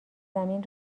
زمین